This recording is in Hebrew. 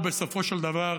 ובסופו של דבר,